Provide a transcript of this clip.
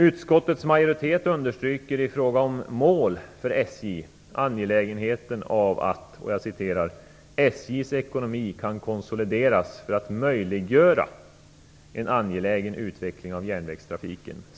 Utskottets majoritet understryker i fråga om mål för SJ angelägenheten av att "SJ:s ekonomi kan konsolideras för att möjliggöra en angelägen utveckling av järnvägstrafiken".